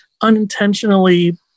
unintentionally